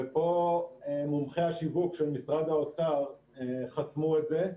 ופה מומחי השיווק של משרד האוצר חסמו את זה.